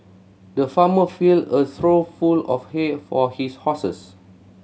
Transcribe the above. the farmer filled a trough full of hay for his horses